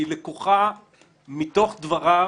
היא לקוחה מתוך דבריו